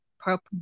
purple